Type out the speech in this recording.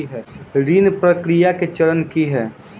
ऋण प्रक्रिया केँ चरण की है?